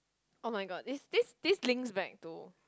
oh my god this this this links back to